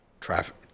traffic